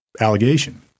allegation